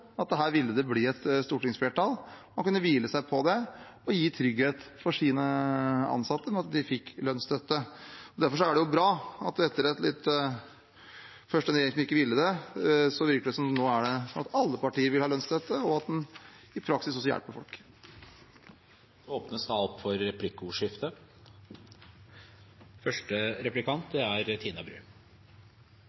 og trygge sine ansatte med at de fikk lønnsstøtte. Derfor er det bra – etter en regjering som først ikke ville det – at det nå virker som at alle partier vil ha lønnsstøtte, og at man i praksis også hjelper folk. Det blir replikkordskifte. Da